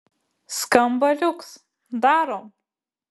skamba liuks darom